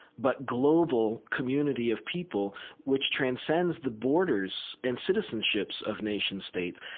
but global, community of people which transcends the borders and citizenships of nation states,